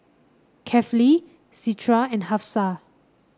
Kefli Citra and Hafsa